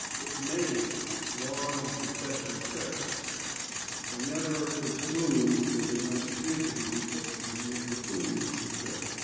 many long and successful trips are never as smooth as they might appear to be at the near conclusion of the trip.